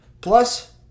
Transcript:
plus